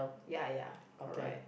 ya ya correct